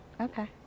Okay